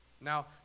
Now